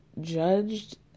judged